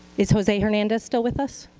is jose hernandez still with us?